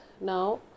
now